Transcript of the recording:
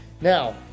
Now